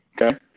okay